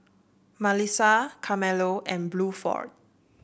Malissa Carmelo and Bluford